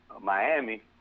Miami